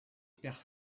pères